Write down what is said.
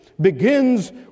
begins